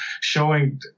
showing